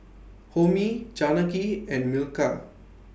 Homi Janaki and Milkha